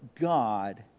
God